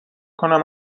کنم